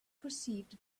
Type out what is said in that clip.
percieved